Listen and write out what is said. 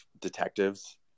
detectives